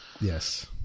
Yes